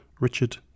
Richard